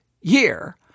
year